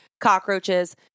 cockroaches